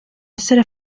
essere